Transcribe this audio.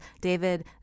David